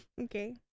Okay